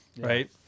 right